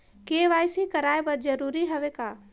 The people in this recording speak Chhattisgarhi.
के.वाई.सी कराय बर जरूरी हवे का?